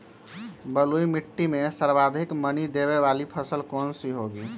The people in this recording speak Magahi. बलुई मिट्टी में सर्वाधिक मनी देने वाली फसल कौन सी होंगी?